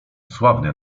sławny